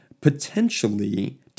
potentially